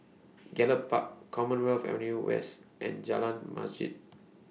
Gallop Park Commonwealth Avenue West and Jalan Masjid